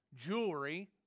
jewelry